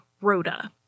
Rhoda